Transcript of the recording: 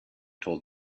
told